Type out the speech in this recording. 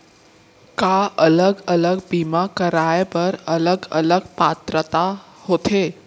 का अलग अलग बीमा कराय बर अलग अलग पात्रता होथे?